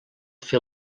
fer